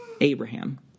Abraham